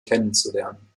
kennenzulernen